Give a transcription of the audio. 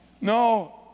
No